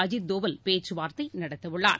அஜித் தோவல் பேச்சுவார்த்தை நடத்தவுள்ளார்